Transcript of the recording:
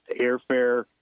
airfare